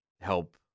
help